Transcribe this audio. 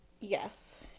Yes